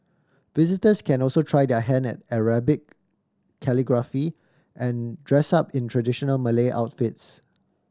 visitors can also try their hand at Arabic calligraphy and dress up in traditional Malay outfits